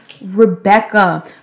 Rebecca